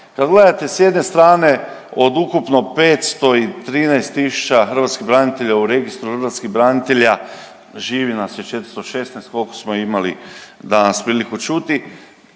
Kad gledate s jedne strane, od ukupno 513 tisuća hrvatskih branitelja, u Registru hrvatskih branitelja, živi nas još 416, koliko smo imali danas priliku čuti.